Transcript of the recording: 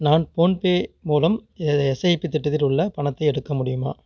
நான் ஃபோன்பே மூலம் எஸ்ஐபி திட்டத்தில் உள்ள பணத்தை எடுக்க முடியுமா